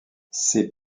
ces